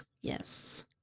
Yes